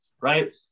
right